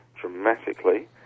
dramatically